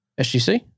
SGC